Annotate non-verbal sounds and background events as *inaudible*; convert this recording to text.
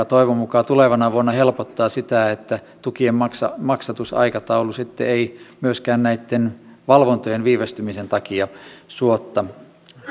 *unintelligible* toivon mukaan tulevana vuonna helpottaa sitä että tukien maksatusaikataulu sitten ei myöskään näitten valvontojen viivästymisen takia suotta